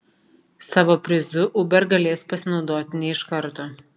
savo prizu uber galės pasinaudoti ne iš karto